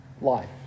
life